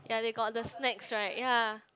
ya they got the snacks right ya